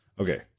Okay